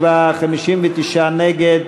בעד, 57, 59 נגד.